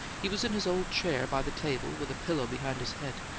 he was in his old chair by the table, with a pillow behind his head,